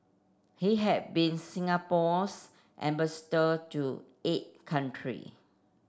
he had been Singapore's ambassador to eight country